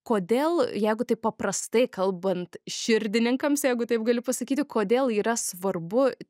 kodėl jeigu taip paprastai kalbant širdininkams jeigu taip galiu pasakyti kodėl yra svarbu